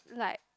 like